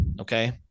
okay